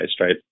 right